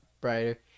brighter